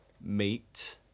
Meat